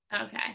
Okay